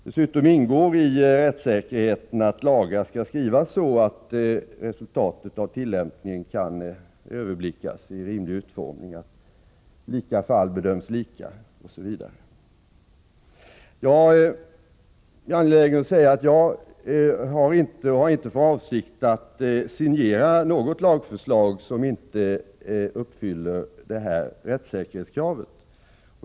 Dessutom ingår i rättssäkerheten att lagar skall skrivas så att resultatet av tillämpningen kan överblickas i rimlig utformning. Lika fall skall dömas lika. Jag har inte för avsikt att signera något lagförslag som inte uppfyller rättssäkerhetskravet.